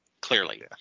clearly